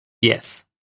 Yes